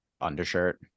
Undershirt